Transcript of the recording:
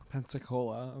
Pensacola